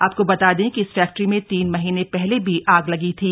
आपको बता दें कि इस फैक्ट्री में तीन महीने पहले भी आग लगी थी